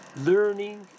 learning